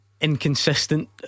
inconsistent